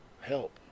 Help